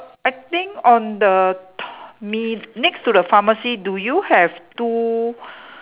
I think on the to~ mi~ next to the pharmacy do you have two